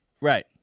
right